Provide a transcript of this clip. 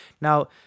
Now